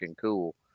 cool